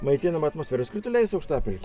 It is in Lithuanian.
maitinama atmosferos krituliais aukštapelkė